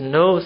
no